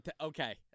Okay